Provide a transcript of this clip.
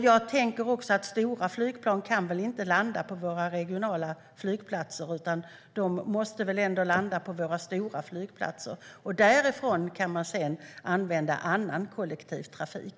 Jag tänker också att stora flygplan inte kan landa på våra regionala flygplatser, utan de måste väl ändå landa på våra stora flygplatser. Därifrån kan man sedan använda annan kollektivtrafik.